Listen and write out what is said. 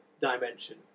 dimension